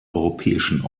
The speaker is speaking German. europäischen